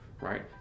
right